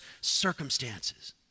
circumstances